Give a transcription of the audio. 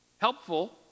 helpful